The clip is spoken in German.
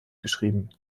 geschrieben